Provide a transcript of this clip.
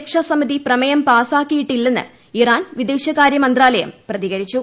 രക്ഷാസമിതി പ്രമേയം പാസാക്കിയിട്ടില്ലെന്ന് ഇറാൻ വിദേശകാര്യമന്ത്രാലയം പ്രതികരിച്ചു